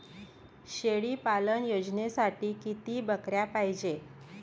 शेळी पालन योजनेसाठी किती बकऱ्या पायजे?